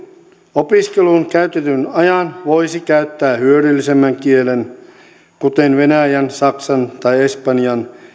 opiskeluun käytetyn ajan voisi käyttää hyödyllisemmän kielen kuten venäjän saksan tai espanjan